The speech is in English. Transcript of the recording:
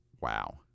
Wow